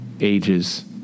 ages